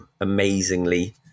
amazingly